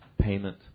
payment